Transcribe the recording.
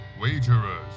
Wagerers